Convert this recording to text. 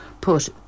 put